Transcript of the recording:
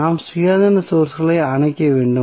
நாம் சுயாதீன சோர்ஸ்களை அணைக்க வேண்டும்